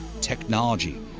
technology